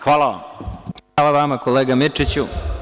Hvala vama, kolega Mirčiću.